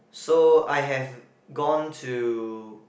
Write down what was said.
so I have gone to